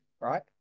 right